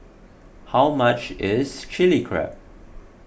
how much is Chilli Crab